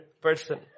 person